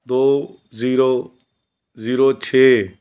ਦੋ zero zero ਛੇ